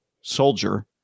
soldier